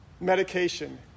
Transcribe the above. medication